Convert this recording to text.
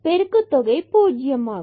பெருக்குத் தொகை 0 ஆகும்